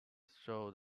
shows